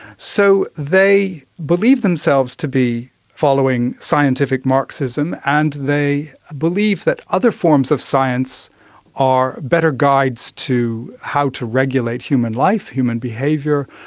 so they believe themselves to be following scientific marxism, and they believe that other forms of science are better guides to how to regulate human life, human behaviour,